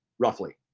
roughly?